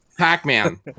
Pac-Man